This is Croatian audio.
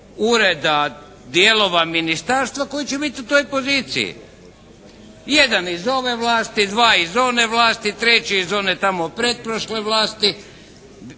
ureda dijelova ministarstva koji će biti u toj poziciji? Jedan iz ove vlasti, dva iz one vlasti, treći iz one tamo pretprošle vlasti.